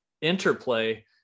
interplay